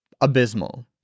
abysmal